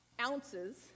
ounces